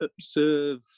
observe